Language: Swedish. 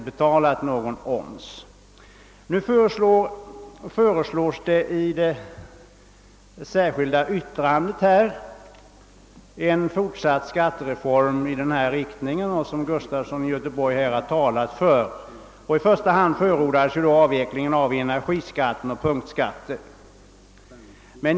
I bevillningsutskottets betänkande nr 45 föreslås i det särskilda yttrandet nr 1 en fortsatt skattereform i den riktning som herr Gustafson i Göteborg här har talat för. I första hand förordas en avveckling av energiskatten och vissa punktskatter.